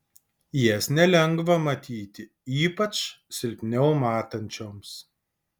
jas nelengva matyti ypač silpniau matančioms